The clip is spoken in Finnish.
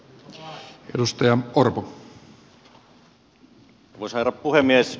arvoisa herra puhemies